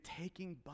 taking